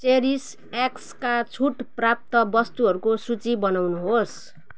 cherries एक्सका छुट प्राप्त वस्तुहरूको सूची बनाउनुहोस्